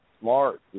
smart